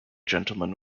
gentleman